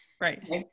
right